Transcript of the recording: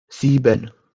sieben